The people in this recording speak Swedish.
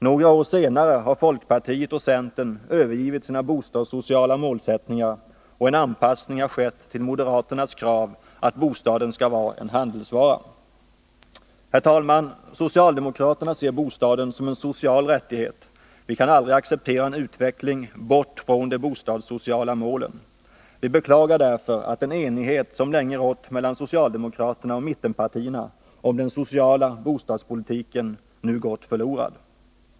Några år senare har folkpartiet och centern övergivit sina bostadssociala målsättningar, och en anpassning har skett till moderaternas krav att bostaden skall vara en handelsvara. Herr talman! Socialdemokraterna ser bostaden som en social rättighet. Vi kan aldrig acceptera en utveckling bort från de bostadssociala målen. Vi beklagar därför att den enighet som länge rått mellan socialdemokraterna och mittenpartierna om den sociala bostadspolitiken nu gått förlorad.